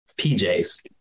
PJs